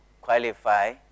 qualify